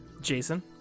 Jason